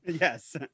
Yes